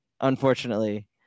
Unfortunately